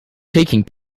taking